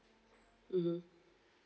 mmhmm